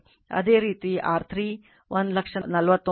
ಅದೇ ರೀತಿ R3 149207